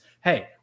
Hey